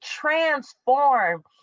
transform